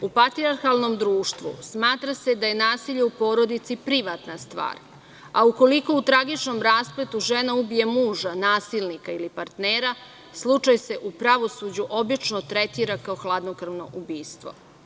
U patrijarhalnom društvu, smatra se da je nasilje u porodici privatna stvar, a ukoliko u tragičnom raspletu žena ubije muža, nasilnika ili partnera, slučaj se u pravosuđu tretira kao hladnokrvno ubistvo.